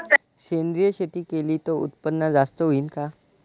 सेंद्रिय शेती केली त उत्पन्न जास्त होईन का?